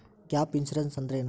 Gap insurance ಅಂದ್ರೇನು?